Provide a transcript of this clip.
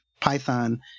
Python